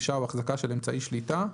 רכישה או החזקה של אמצעי שליטה,